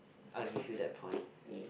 I will give you that point